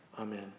Amen